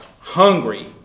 hungry